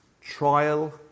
trial